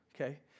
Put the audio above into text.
okay